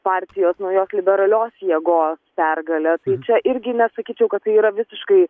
partijos naujos liberalios jėgos pergale tai čia irgi nesakyčiau kad tai yra visiškai